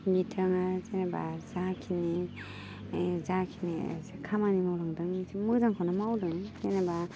बिथाङा जेनेबा जाखिनि मानि जाखिनि खामानि मावलांदों मोजांखौनो मावदों जेनेबा